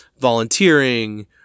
volunteering